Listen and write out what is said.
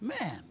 Man